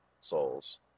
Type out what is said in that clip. souls